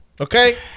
Okay